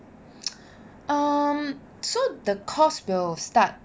um so the course will start